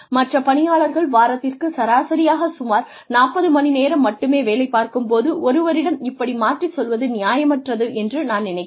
மற்ற பணியாளர்கள் வாரத்திற்கு சராசரியாக சுமார் 40 மணிநேரம் மட்டுமே வேலை பார்க்கும் போது ஒருவரிடம் இப்படி மாற்றிச் சொல்வது நியாயமற்றது என்று நான் நினைக்கிறேன்